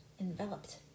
enveloped